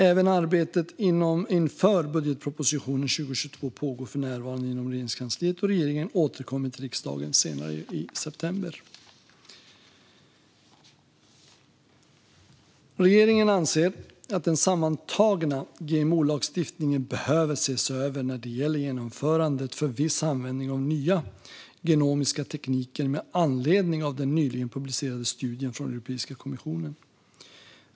Även arbetet inför budgetpropositionen 2022 pågår för närvarande inom Regeringskansliet, och regeringen återkommer till riksdagen senare i september. Regeringen anser att den sammantagna GMO-lagstiftningen behöver ses över när det gäller genomförandet för viss användning av nya genomiska tekniker med anledning av den nyligen publicerade studien från Europeiska kommissionen.